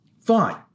Fine